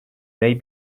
may